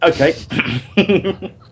okay